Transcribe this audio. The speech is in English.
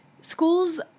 schools